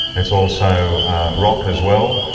it's also rock as well.